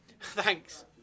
Thanks